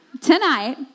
tonight